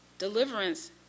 Deliverance